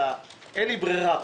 אין לי ברירה.